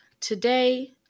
Today